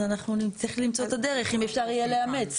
אז אנחנו נצטרך למצוא את הדרך אם אפשר יהיה לאמץ.